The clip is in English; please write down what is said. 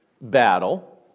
battle